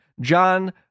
John